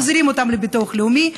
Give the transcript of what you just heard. מחזירים אותם לביטוח לאומי.